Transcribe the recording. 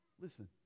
Listen